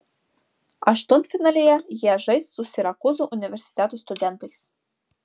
aštuntfinalyje jie žais su sirakūzų universiteto studentais